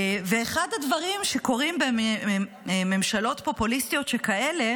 ואחד הדברים שקורים בממשלות פופוליסטיות שכאלה